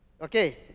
Okay